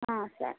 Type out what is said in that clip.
సరే